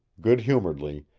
good humoredly,